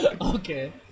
Okay